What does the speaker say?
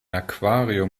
aquarium